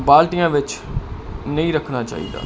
ਬਾਲਟੀਆਂ ਵਿੱਚ ਨਹੀਂ ਰੱਖਣਾ ਚਾਹੀਦਾ